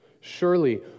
Surely